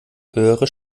höhere